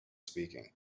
speaking